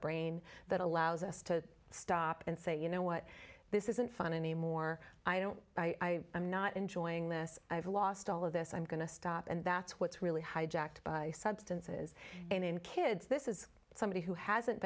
brain that allows us to stop and say you know what this isn't fun anymore i don't buy i'm not enjoying this i've lost all of this i'm going to stop and that's what's really hijacked substances and kids this is somebody who hasn't